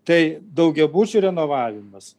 tai daugiabučių renovavimas